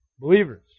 Believers